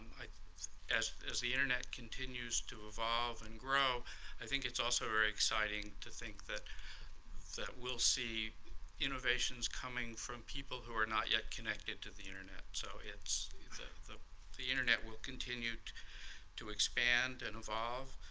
as as the internet continues to evolve and grow i think it's also very exciting to think that that we'll see innovations coming from people who are not yet connected to the internet, so it's it's ah the the internet will continue to to expand and evolve,